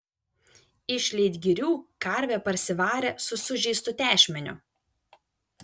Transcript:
iš leitgirių karvę parsivarė su sužeistu tešmeniu